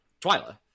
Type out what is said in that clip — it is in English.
Twyla